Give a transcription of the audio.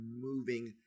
moving